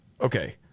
Okay